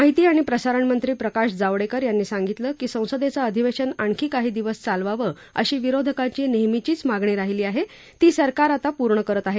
माहिती आणि प्रसारणमंत्री प्रकाश जावडेकर यांनी सांगितलं की संसदेचं अधिवेशन आणखी काही दिवस चालवावं अशी विरोधकांची नेहमीचीच मागणी राहिली आहे ती सरकार आता पूर्ण करत आहे